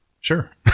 Sure